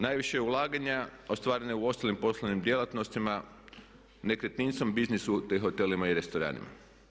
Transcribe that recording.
Najviše ulaganja ostvareno je u ostalim poslovnim djelatnostima, nekretninskom biznisu te hotelima i restoranima.